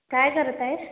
काय करत आहे